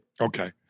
Okay